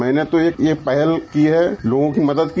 मैने तो ये पहल की है लोगों के मदद की